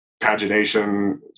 Pagination